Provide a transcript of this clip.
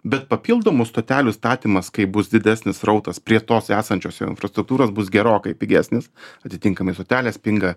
bet papildomų stotelių statymas kai bus didesnis srautas prie tos esančios jau infrastruktūros bus gerokai pigesnis atitinkamai stotelės pinga